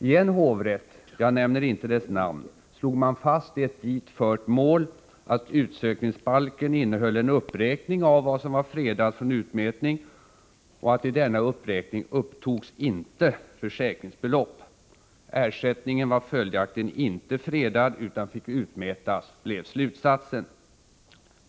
I en hovrätt — jag nämner inte dess namn — slog man fast i ett dit fört mål att utsökningsbalken innehöll en uppräkning av vad som var fredat från utmätning och att försäkringsbelopp icke upptogs i denna uppräkning. Ersättningen var följaktligen inte fredad utan fick utmätas, blev slutsatsen.